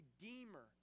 Redeemer